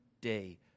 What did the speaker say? day